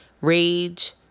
rage